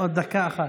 עוד דקה אחת.